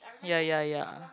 ya ya ya